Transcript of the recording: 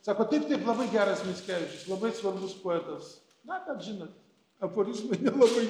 sako taip taip labai geras mickevičius labai svarbus poetas na bet žinot aforizmai nelabai